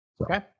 okay